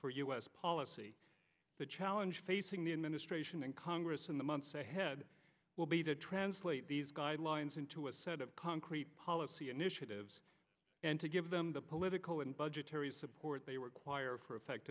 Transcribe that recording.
for u s policy the challenge facing the administration and congress in the months ahead will be to translate these guidelines into a set of concrete policy initiatives and to give them the political and budgetary support they were choir for